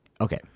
Okay